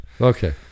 Okay